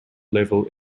level